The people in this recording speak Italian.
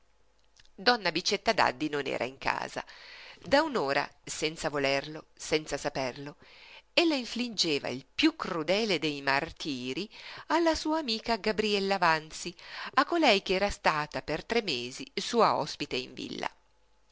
donna bicetta daddi non era in casa da un'ora senza volerlo senza saperlo ella infliggeva il piú crudele dei martirii alla sua amica gabriella vanzi a colei che era stata per tre mesi sua ospite in villa